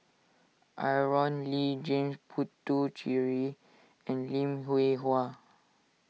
Aaron Lee James Puthucheary and Lim Hwee Hua